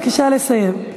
בבקשה לסיים.